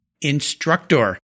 instructor